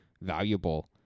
valuable